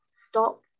stop